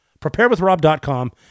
Preparewithrob.com